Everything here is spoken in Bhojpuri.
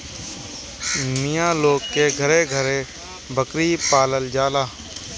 मिया लोग के घरे घरे बकरी पालल जाला